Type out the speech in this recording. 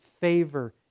favor